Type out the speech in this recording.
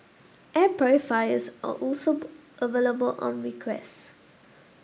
air purifiers are also available on request